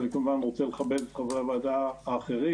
ואני כמובן רוצה לכבד את חברי הוועדה האחרים.